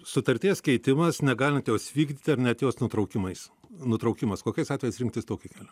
sutarties keitimas negalintiems vykdyti ar net jos nutraukimais nutraukimas kokiais atvejais rinktis tokį kelią